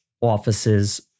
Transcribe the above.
offices